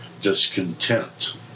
discontent